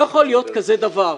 לא יכול להיות דבר כזה.